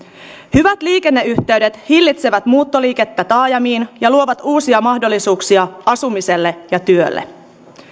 hyvät liikenneyhteydet hillitsevät muuttoliikettä taajamiin ja luovat uusia mahdollisuuksia asumiselle ja työlle